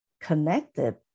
connected